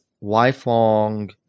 lifelong